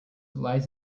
lies